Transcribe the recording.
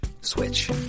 switch